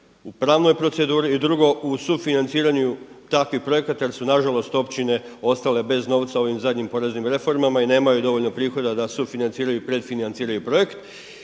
u pravnoj proceduri. I drugo, u sufinanciranju takvih projekata jel su nažalost općine ostale bez novca ovim zadnjim poreznim reformama i nemaju dovoljno prihoda da sufinanciraju i pred financiraju projekt.